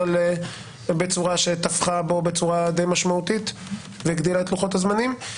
בצורה שתפחה בו בצורה די משמעותית לגדילת לוחות הזמנים.